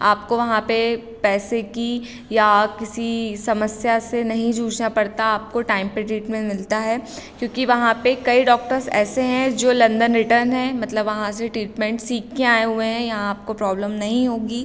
आपको वहाँ पे पैसे की या किसी समस्या से नहीं जूझना पड़ता आपको टाइम पे ट्रीटमेंट मिलता है क्यूँकि वहाँ पे कई डॉक्टर्ज़ ऐसे हैं जो लंदन रिटर्न हैं मतलब वहाँ से टीटमेंट सीखके आए हुए हैं यहाँ आपको प्रॉब्लम नहीं होगी